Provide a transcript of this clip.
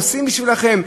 עושים בשבילכם.